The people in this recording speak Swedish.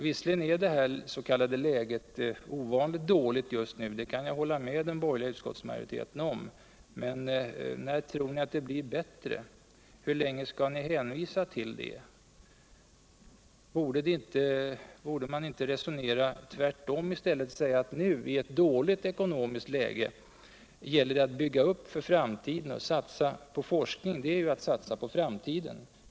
Visserligen är detta s.k. läge ovanligt dåligt just nu — det kan jag hålla med den borgerliga majoriteten om — men när tror ni det blir bättre? Hur länge skall ni hänvisa till det? Borde ni inte resonera tvärtom i stället och säga att nu, I ett dåligt ekonomiskt läge. gäller det att bygga upp för framtiden. Och att satsa på forskning är att satsa på framtiden.